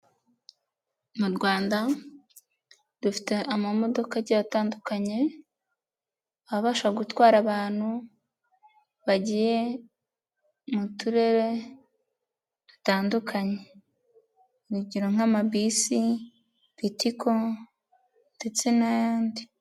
Mu Rwanda dufite amamodoka agiye atandukanye abasha gutwara abantu bagiye mu turere dutandukanye, urugero nk'amabisi, Litco ndetse n'ayandi.